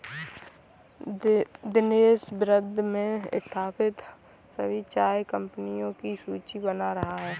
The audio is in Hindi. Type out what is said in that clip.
दिनेश विश्व में स्थापित सभी चाय कंपनियों की सूची बना रहा है